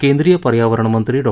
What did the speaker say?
केंद्रीय पर्यावरणमंत्री डॉ